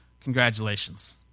congratulations